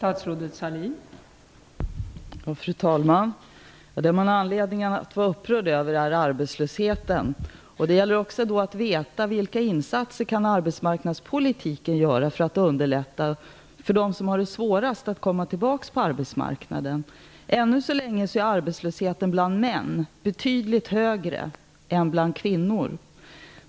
Fru talman! Det man har anledning att vara upprörd över är arbetslösheten. Det gäller också att veta vilka insatser arbetsmarknadspolitiken kan göra för att underlätta för dem som har det svårast att komma tillbaka till arbetsmarknaden. Ännu så länge är arbetslösheten bland män betydligt högre än bland kvinnor.